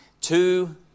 two